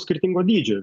skirtingo dydžio